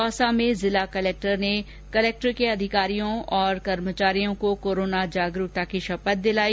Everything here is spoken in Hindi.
दौसा में जिला कलेक्टर ने कलेक्ट्री के अधिकारियों और कर्मचारियों को कोरोना जागरूकता की शपथ दिलाई